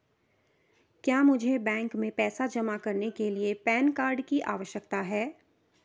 क्या मुझे बैंक में पैसा जमा करने के लिए पैन कार्ड की आवश्यकता है?